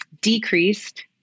decreased